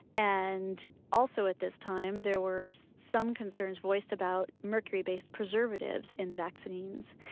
and also at this time there were so some concerns voiced about mercury-based preservatives in vaccines.